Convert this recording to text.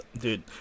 dude